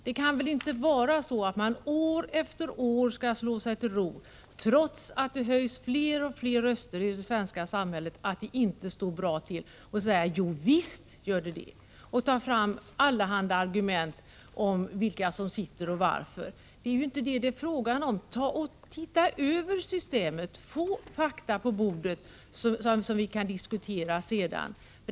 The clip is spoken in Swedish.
Det kan väl inte vara så att man år efter år skall slå sig till ro trots att det höjs fler och fler röster i det svenska samhället om att det inte står bra till. Då kan man väl inte bara säga att allt står bra till och ta fram allehanda argument, om vilka som sitter i fängelse och varför. Det är ju inte fråga om den saken! Titta över systemet, lägg fakta på bordet som vi sedan kan diskutera!